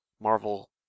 Marvel